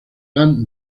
han